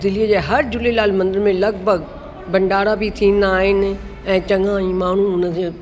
दिल्लीअ जे हर झूलेलाल मंदिर में लॻभॻि भंडारा बि थींदा आहिनि ऐं चङा ई माण्हू उनजो